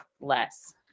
less